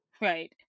right